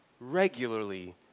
regularly